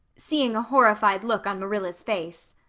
seeing a horrified look on marilla's face.